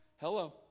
hello